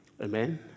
Amen